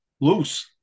loose